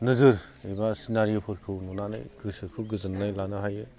नोजोर एबा सिनारिफोरखौ नुनानै गोसोखौ गोजोननाय लानो हायो